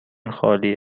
خالی